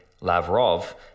Lavrov